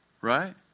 right